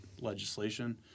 legislation